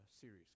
series